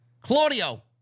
Claudio